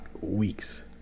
weeks